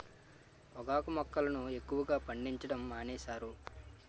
పొగాకు మొక్కలను ఎక్కువగా పండించడం మానేశారు